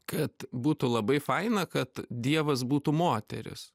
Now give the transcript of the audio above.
kad būtų labai faina kad dievas būtų moteris